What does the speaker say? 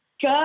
Good